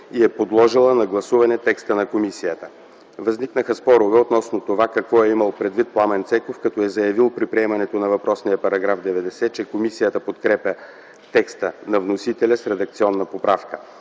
и е подложила на гласуване текста на комисията. Възникнаха спорове относно това какво е имал предвид Пламен Цеков, като е заявил при приемането на въпросния параграф 90, че „комисията подкрепя текста на вносителя с редакционна поправка".